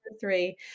three